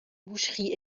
boucheries